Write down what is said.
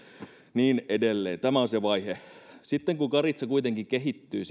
niin edelleen tämä on se vaihe sitten kun karitsa kuitenkin kehittyy